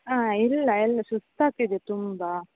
ಹಾಂ ಇಲ್ಲ ಎಲ್ಲ ಸುಸ್ತಾಗ್ತಿದೆ ತುಂಬ